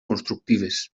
constructives